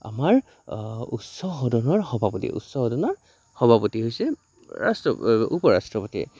আমাৰ উচ্চ সদনৰ সভাপতি উচ্চ সদনৰ সভাপতি হৈছে ৰাষ্ট্ৰ উপৰাষ্ট্ৰপতি